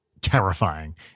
terrifying